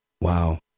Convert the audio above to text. Wow